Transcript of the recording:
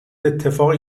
اتفاقی